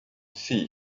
see